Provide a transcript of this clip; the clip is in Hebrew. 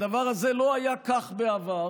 הדבר הזה לא היה כך בעבר,